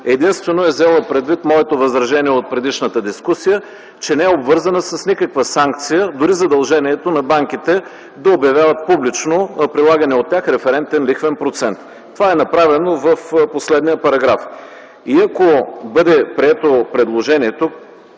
единствено моето възражение от предишната дискусия, че не е обвързано с никаква санкция, дори задължението на банките е да обявява публично предлагания от тях референтен лихвен процент. Това е направено в последния параграф. И ако бъде прието предложението,